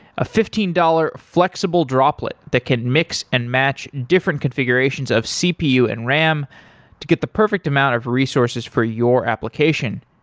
a fifteen dollars flexible droplet that can mix and match different configurations of cpu and ram to get the perfect amount of resources for your application.